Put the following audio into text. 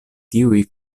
tiuj